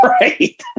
Right